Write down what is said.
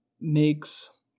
makes